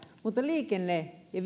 mutta liikenne ja